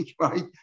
right